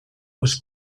was